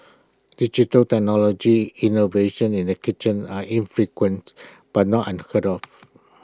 digital technology innovations in the kitchen are infrequent but not unheard of